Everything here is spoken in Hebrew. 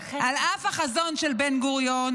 על אף החזון של בן-גוריון,